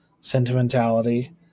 sentimentality